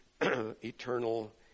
eternal